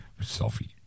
selfie